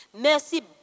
Merci